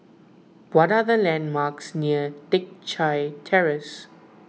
what are the landmarks near Teck Chye Terrace